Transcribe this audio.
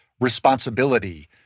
responsibility